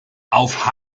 auf